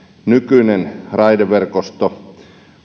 nykyinen raideverkosto